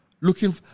looking